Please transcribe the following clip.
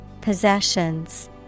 Possessions